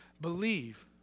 believe